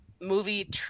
movie